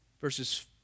verses